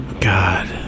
God